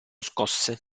scosse